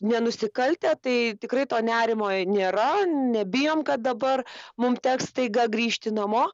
nenusikaltę tai tikrai to nerimo nėra nebijom kad dabar mum teks staiga grįžti namo